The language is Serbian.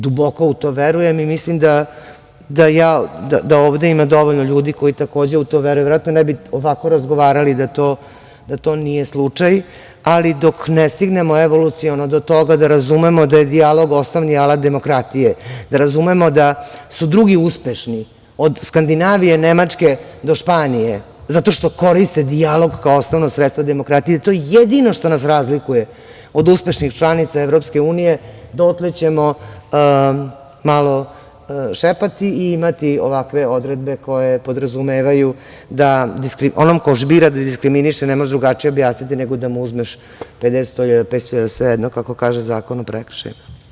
Duboko u to verujem i mislim da ovde ima dovoljno ljudi koji takođe u to veruju, verovatno ne bi ovako razgovarali da to nije slučaj, ali dok ne stignemo evoluciono do toga da razumemo da je dijalog osnovni alat demokratije, da razumemo da su drugi uspešni od Skandinavije, Nemačke do Španije, zato što koriste dijalog kao osnovno sredstvo demokratije i to je jedino što nas razlikuje od uspešnih članica EU, dotle ćemo malo šetati i imati ovakve odredbe koje podrazumevaju da onom ko bira da diskriminiše ne može drugačije objasniti nego da mu uzmeš 50.000, 100.000, 500.000, svejedno, kako kaže Zakon o prekršajima.